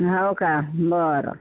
हो का बरं